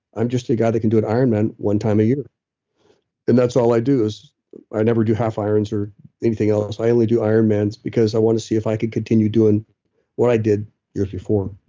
i'm just a guy that can do an ironman one time a year and that's all i do is i never do half irons or anything else. i i only do ironmans because i want to see if i could continue doing what i did years before.